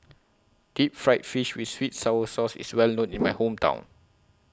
Deep Fried Fish with Sweet Sour Sauce IS Well known in My Hometown